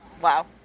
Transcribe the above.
Wow